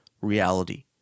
reality